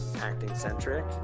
acting-centric